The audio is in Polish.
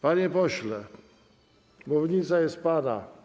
Panie pośle, mównica jest pana.